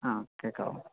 ആ കേള്ക്കാമോ